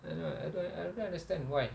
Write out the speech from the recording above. I don't I don't I don't understand why